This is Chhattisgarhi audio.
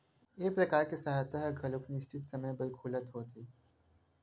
ए परकार के खाता ह घलोक निस्चित समे बर खुले होथे